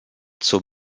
zur